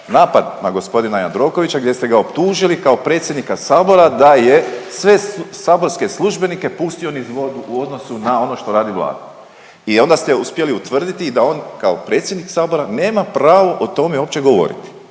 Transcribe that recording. napad na g. Jandrokovića gdje ste ga optužili kao predsjednika Sabora da je sve saborske službenike pustio niz vodu u odnosu na ono što radi Vlada i onda ste uspjeli utvrditi da on kao predsjednik Sabora nema pravo o tome uopće govoriti.